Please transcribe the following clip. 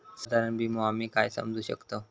साधारण विमो आम्ही काय समजू शकतव?